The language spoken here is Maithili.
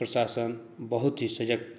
प्रशासन बहुत ही सजग